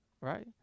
Right